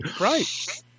Right